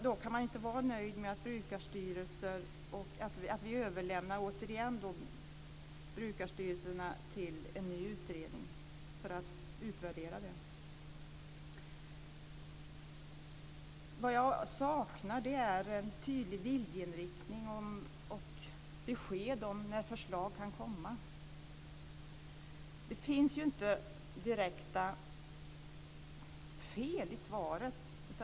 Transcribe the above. Då kan man inte vara nöjd med att vi återigen överlämnar brukarstyrelserna till en ny utredning för att utvärdera dem. Vad jag saknar är en tydligt viljeinriktning och besked om när förslag kan komma. Det finns inte direkta fel i svaret.